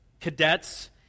cadets